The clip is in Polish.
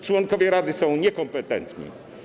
Członkowie rady są niekompetentni.